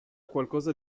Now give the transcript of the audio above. qualcosa